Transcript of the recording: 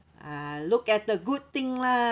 ah look at the good thing lah